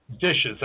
dishes